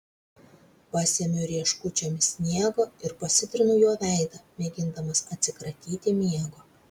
pasemiu rieškučiomis sniego ir pasitrinu juo veidą mėgindamas atsikratyti miego